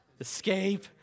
Escape